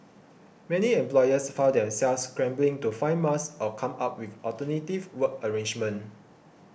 many employers found themselves scrambling to find masks or come up with alternative work arrangements